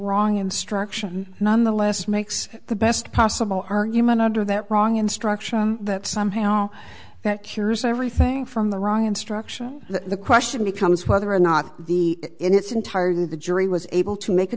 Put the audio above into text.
wrong instruction nonetheless makes the best possible argument under that wrong instruction that somehow that cures everything from the wrong instruction the question becomes whether or not the in its entirety the jury was able to make a